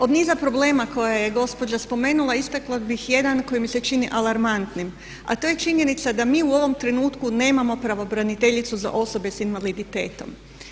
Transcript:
Od niza problema koje je gospođa spomenula istakla bih jedan koji mi se čini alarmantnim a to je činjenica da mi u ovom trenutku nemamo pravobraniteljicu za osobe sa invaliditetom.